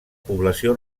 població